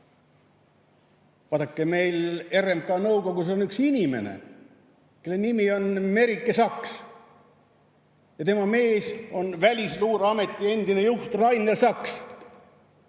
Vaadake, meil on RMK nõukogus üks inimene, kelle nimi on Merike Saks. Ja tema mees on Välisluureameti endine juht Rainer Saks,